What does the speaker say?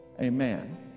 amen